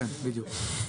כן, בדיוק.